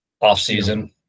Off-season